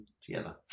together